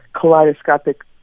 kaleidoscopic